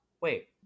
wait